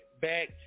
back